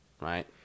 right